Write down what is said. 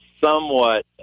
somewhat